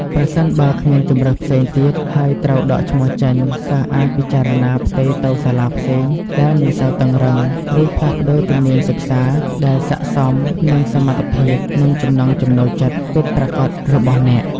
ប្រសិនបើគ្មានជម្រើសផ្សេងទៀត ហើយត្រូវដកឈ្មោះចេញ សិស្សអាចពិចារណាផ្ទេរទៅសាលាផ្សេងដែលមិនសូវតឹងរ៉ឹង ឬផ្លាស់ប្តូរជំនាញសិក្សាដែលស័ក្តិសមនឹងសមត្ថភាព និងចំណង់ចំណូលចិត្តពិតប្រាកដរបស់អ្នក។